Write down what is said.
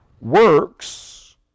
works